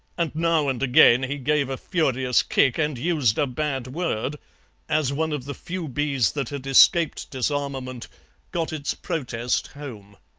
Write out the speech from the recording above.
and now and again he gave a furious kick and used a bad word as one of the few bees that had escaped disarmament got its protest home.